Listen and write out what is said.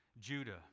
Judah